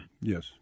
Yes